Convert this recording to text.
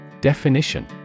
Definition